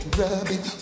rubbing